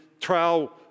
trial